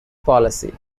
policy